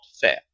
fair